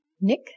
nick